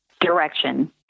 direction